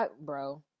bro